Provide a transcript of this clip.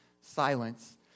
Silence